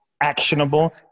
actionable